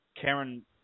Karen